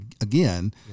again